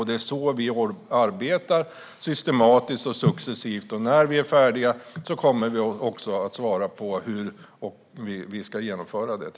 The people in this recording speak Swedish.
Det är så vi arbetar, systematiskt och successivt. När vi är färdiga kommer vi också att svara på hur vi ska genomföra det.